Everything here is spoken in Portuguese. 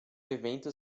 evento